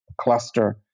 cluster